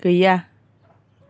गैया